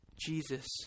Jesus